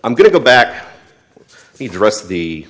i'm going to go back to the dress of the